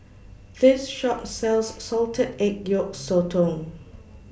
This Shop sells Salted Egg Yolk Sotong